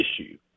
issue